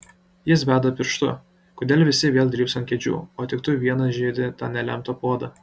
jis beda pirštu kodėl visi vėl drybso ant kėdžių o tik tu vienas žiedi tą nelemtą puodą